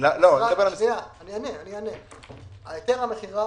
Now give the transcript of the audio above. היתר המכירה